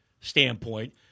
standpoint